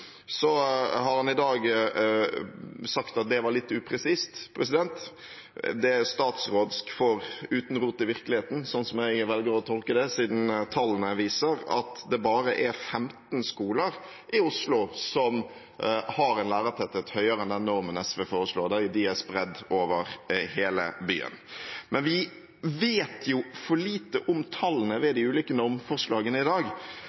Så har han i dag sagt at det var litt upresist – det er «statsrådsk» for uten rot i virkeligheten, sånn som jeg velger å tolke det, siden tallene viser at det bare er 15 skoler i Oslo som har en lærertetthet høyere enn den normen SV foreslår, og de er spredd over hele byen. Men vi vet jo for lite om tallene ved de ulike normforslagene i dag.